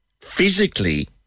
physically